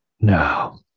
No